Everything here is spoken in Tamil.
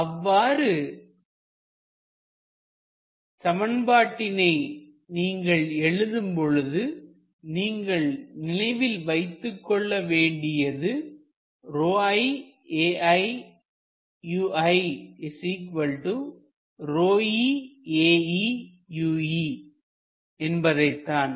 அவ்வாறு சமன்பாட்டினை நீங்கள் எழுதும் பொழுது நீங்கள் நினைவில் வைத்துக்கொள்ள வேண்டியது என்பதைத்தான்